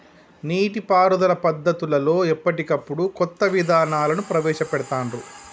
నీటి పారుదల పద్దతులలో ఎప్పటికప్పుడు కొత్త విధానాలను ప్రవేశ పెడుతాన్రు